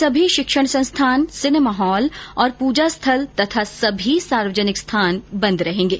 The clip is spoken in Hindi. सभी शिक्षण संस्थान सिनेमा हॉल और पूजा स्थल और सभी सार्वजनिक स्थान बंद रहेंगे